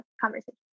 conversation